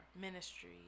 ministry